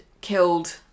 killed